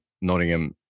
Nottingham